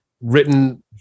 written